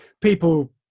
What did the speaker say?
people